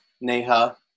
Neha